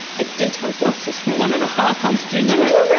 ah did have glasses from one and a half! how did you know?